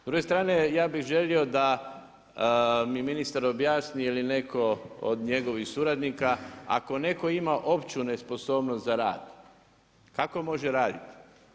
S druge strane ja bih želio da mi ministar objasni ili netko od njegovih suradnika ako netko ima opću nesposobnost za rad kako može raditi?